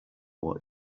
what